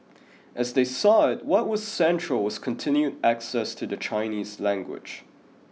as they saw it what was central was continued access to the Chinese language